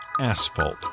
asphalt